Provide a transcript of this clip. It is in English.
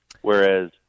whereas